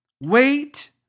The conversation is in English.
wait